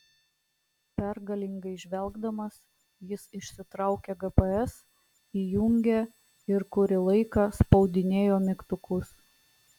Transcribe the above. pergalingai žvelgdamas jis išsitraukė gps įjungė ir kurį laiką spaudinėjo mygtukus